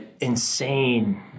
insane